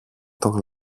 τον